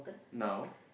now